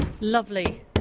lovely